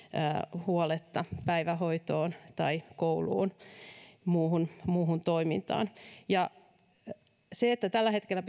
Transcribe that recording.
huoletta päivähoitoon kouluun tai muuhun toimintaan se että ote tällä hetkellä